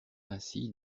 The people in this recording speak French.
ainsi